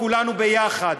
כולנו יחד,